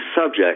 subject